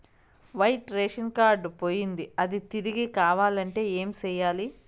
white ration card పోయింది అది తిరిగి కావాలంటే ఏం సేయాలి